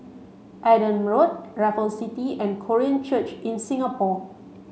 Adam Road Raffles City and Korean Church in Singapore